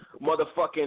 motherfucking